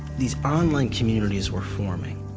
these online communities were forming,